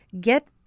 get